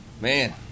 Man